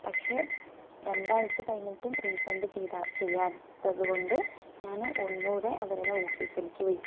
പക്ഷെ രണ്ടാഴ്ച്ച കഴിഞ്ഞിട്ടും റീഫണ്ട് ചെയ്ത ചെയ്യാത്തത് കൊണ്ട് ഞാൻ ഒന്നും കൂടെ അവരുടെ ഓഫീസിലേക്ക് വിളിച്ചു